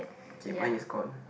okay mine is gone